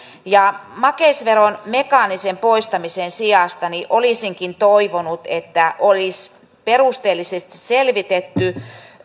makeisveron mekaanisen poistamisen sijasta olisinkin toivonut että olisi perusteellisesti selvitetty